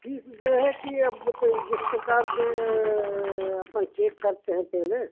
fees ये है कि अब तो जिस प्रकार से अपन चेक करते हैं पहले